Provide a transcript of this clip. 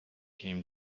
came